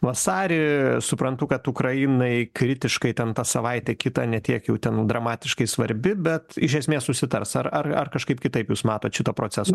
vasarį suprantu kad ukrainai kritiškai ten ta savaitė kita ne tiek jau ten dramatiškai svarbi bet iš esmės susitars ar ar ar kažkaip kitaip jūs matot šito proceso